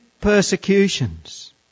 persecutions